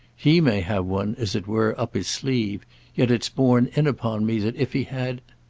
he may have one, as it were, up his sleeve yet it's borne in upon me that if he had